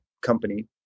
company